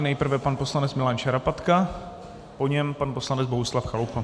Nejprve pan poslanec Milan Šarapatka, po něm pan poslanec Bohuslav Chalupa.